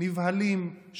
נבהלים,